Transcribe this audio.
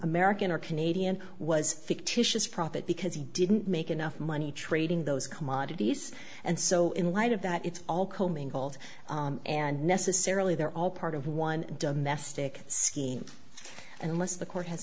american arcs an a t m was fictitious profit because he didn't make enough money trading those commodities and so in light of that it's all commingled and necessarily they're all part of one domestic scheme and unless the court has